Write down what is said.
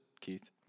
Keith